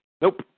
Nope